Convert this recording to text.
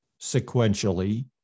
sequentially